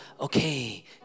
okay